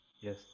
Yes